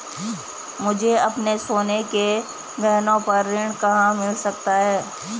मुझे अपने सोने के गहनों पर ऋण कहाँ मिल सकता है?